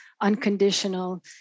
unconditional